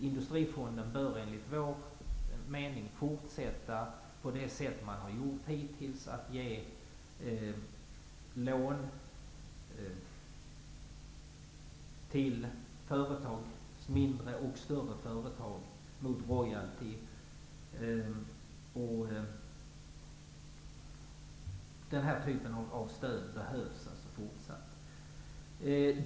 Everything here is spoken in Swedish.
Industrifonden bör enligt vår mening fortsätta på det sätt den har arbetat hittills, med att ge lån till mindre och större företag mot royalty. Den typen av stöd behövs även i fortsättningen.